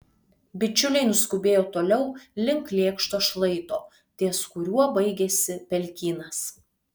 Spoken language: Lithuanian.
bičiuliai nuskubėjo toliau link lėkšto šlaito ties kuriuo baigėsi pelkynas